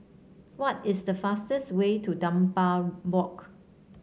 what is the fastest way to Dunbar Walk